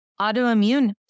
autoimmune